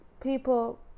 people